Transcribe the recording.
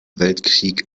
weltkrieg